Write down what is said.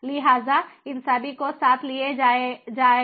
लिहाजा इन सभी को साथ लिया जाएगा